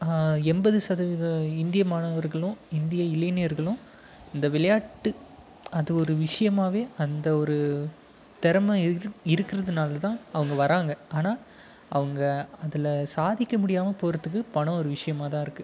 எண்பது சதவீதம் இந்திய மாணவர்களும் இந்திய இளைஞர்களும் இந்த விளையாட்டு அது ஒரு விஷயமாவே அந்த ஒரு திறம இரு இருக்கிறதுனால்தான் அவங்க வராங்க ஆனால் அவங்க அதில் சாதிக்க முடியாமல் போகிறதுக்கு பணம் ஒரு விஷயமாதான் இருக்கு